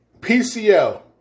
PCL